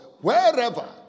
wherever